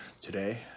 today